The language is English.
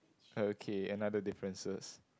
oh okay another differences